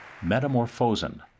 Metamorphosen